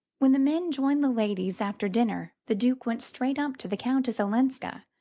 when the men joined the ladies after dinner the duke went straight up to the countess olenska,